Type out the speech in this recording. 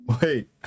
wait